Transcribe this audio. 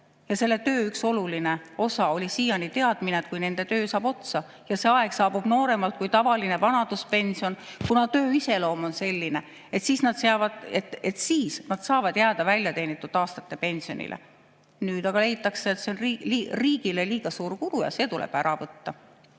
Selle töö üks oluline osa oli siiani teadmine, et kui nende töö saab otsa – ja see aeg saabub nooremalt kui tavaline vanaduspension, kuna töö iseloom on selline –, siis nad saavad jääda väljateenitud aastate pensionile. Nüüd aga leitakse, et see on riigile liiga suur kulu ja see tuleb ära võtta.